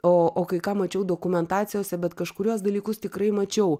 o o kai ką mačiau dokumentacijose bet kažkuriuos dalykus tikrai mačiau